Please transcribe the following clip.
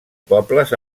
pobles